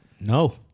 No